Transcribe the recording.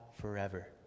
forever